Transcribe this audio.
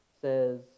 says